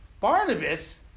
Barnabas